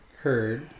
heard